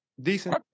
decent